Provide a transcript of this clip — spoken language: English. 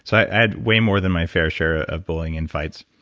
so i had way more than my fair share of bullying and fights.